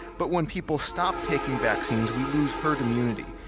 but when people stop taking vaccines, we lose herd immunity.